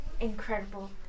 incredible